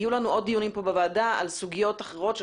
יהיו לנו דיונים נוספים בוועדה על סוגיות אחרות של